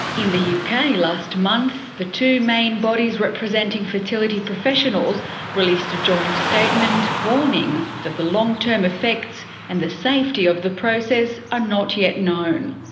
in the yeah uk ah yeah last month, the two main bodies representing fertility professionals released a joint statement warning that the long-term effects and the safety of the process are not yet known.